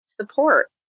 support